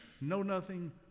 know-nothing